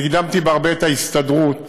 אני הקדמתי בהרבה את ההסתדרות